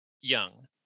Young